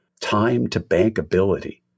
time-to-bankability